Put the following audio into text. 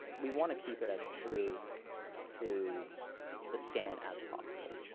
we want to keep it as true to the scan as possible.